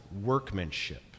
workmanship